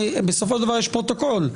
יש פרוטוקול.